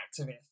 activist